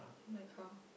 like how